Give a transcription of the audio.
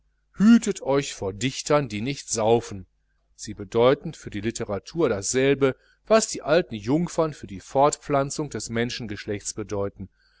hütet euch vor dichtern die nicht saufen sie bedeuten für die litteratur dasselbe was die alten jungfern für die fortpflanzung des menschengeschlechtes bedeuten